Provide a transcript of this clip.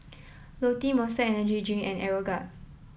Lotte Monster Energy Drink and Aeroguard